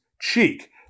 cheek